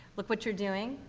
look what you're doing.